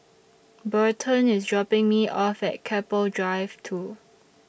Burton IS dropping Me off At Keppel Drive two